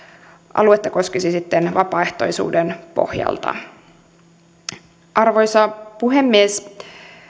aluetta koskisi sitten vapaaehtoisuuden pohjalta toimiminen arvoisa puhemies